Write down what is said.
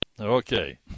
Okay